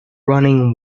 running